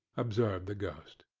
observed the ghost.